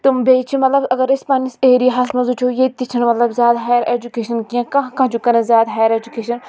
تم بیٚیہِ چھ مطلب اَگَر أسۍ پَننس ایریاہَس منٛز وٕچھو ییٚتہِ تہِ چھنہٕ مَطلَب زِیادٕ ہایَر اؠجُکیشَن کینٛہہ کانٛہہ کانٛہہ چھ کَران زِیادٕ ہایَر اؠجُکیشَن